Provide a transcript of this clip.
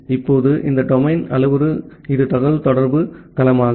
இப்போது இந்த டொமைன் அளவுரு இது தகவல் தொடர்பு களமாகும்